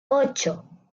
ocho